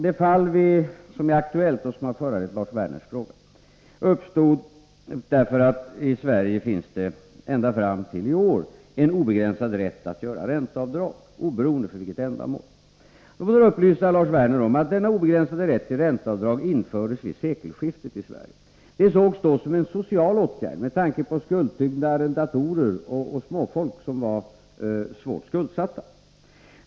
Det fall som är aktuellt — och som har föranlett Lars Werners fråga — uppstod därför att det i Sverige finns, ända fram till i år, en obegränsad rätt att göra ränteavdrag, oberoende av för vilket ändamål det görs. Jag vill då upplysa Lars Werner om att denna obegränsade rätt till ränteavdrag infördes vid sekelskiftet i Sverige. Det sågs då som en social åtgärd med tanke på arrendatorer och småfolk som var svårt skuldsatta.